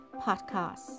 podcast